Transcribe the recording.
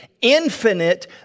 infinite